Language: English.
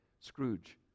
Scrooge